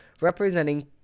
representing